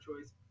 choice